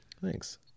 thanks